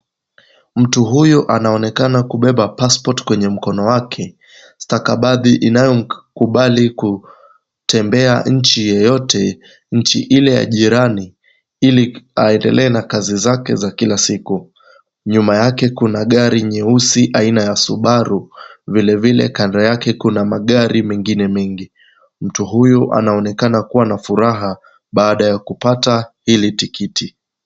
Mtu huyu anaonekana kubeba passport kwenye mkono wake, stakabadhi inayomkubali kutembea nchi yoyote, nchi ile ya jirani ili aendelee na kazi zake za kila siku, nyuma yake kuna gari nyeusi aina ya Subaru, vile vile kando yake kuna magari mengine mengi. Mtu huyu anaonekana kuwa na furaha baada ya kupata hili tikiti.